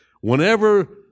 Whenever